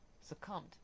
succumbed